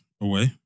away